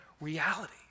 reality